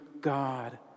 God